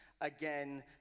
again